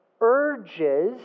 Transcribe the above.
urges